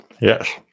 Yes